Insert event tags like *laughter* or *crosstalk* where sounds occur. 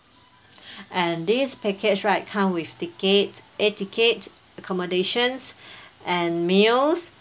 *breath* and this package right come with ticket air ticket accommodations *breath* and meals